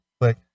click